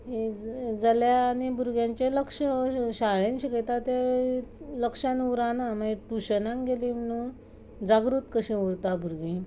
जाल्या आनी भुरग्यांचे लक्ष शाळेन शिकयता तें लक्षान उरना मागीर ट्युशनाक गेलीं म्हणून जागृत कशीं उरता भुरगीं